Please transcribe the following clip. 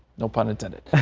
no pun intended.